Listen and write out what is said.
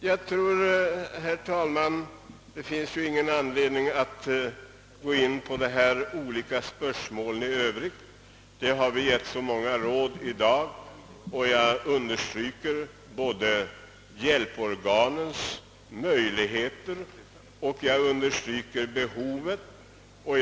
Det finns, herr talman, ingen anledning att gå in på de olika spörsmålen i övrigt. Det har givits så många råd i dag, och jag understryker både hjälporganens möjligheter och behovet av hjälp.